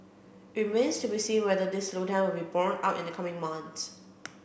it remains to be seen whether this slowdown will be borne out in the coming months